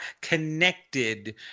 connected